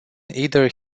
either